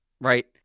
right